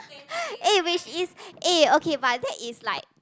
eh which is eh okay but that is like